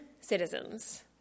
citizens